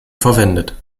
verwendet